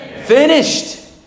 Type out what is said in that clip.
finished